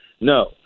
No